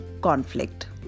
conflict